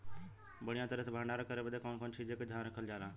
बढ़ियां तरह से भण्डारण करे बदे कवने कवने चीज़ को ध्यान रखल जा?